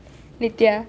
nithya